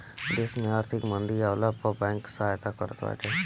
देस में आर्थिक मंदी आवला पअ बैंक सहायता करत बाटे